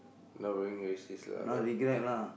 not being racist lah but ya